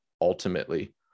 ultimately